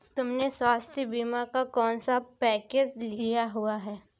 तुमने स्वास्थ्य बीमा का कौन सा पैकेज लिया हुआ है?